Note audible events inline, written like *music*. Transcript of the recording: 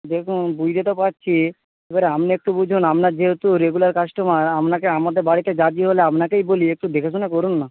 দেখুন বুঝতে তো পারছি এবারে আপনি একটু বুঝুন আপনার যেহেতু রেগুলার কাস্টমার আপনাকে আমাদের বাড়িতে *unintelligible* হলে আপনাকেই বলি একটু দেখে শুনে করুন না